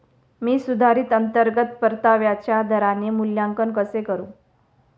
मी सुधारित अंतर्गत परताव्याच्या दराचे मूल्यांकन कसे करू?